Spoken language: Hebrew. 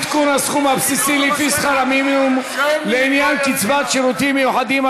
עדכון הסכום הבסיסי לפי שכר המינימום לעניין קצבת שירותים מיוחדים),